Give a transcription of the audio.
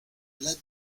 las